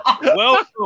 Welcome